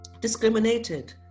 discriminated